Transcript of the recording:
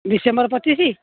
December ପଚିଶି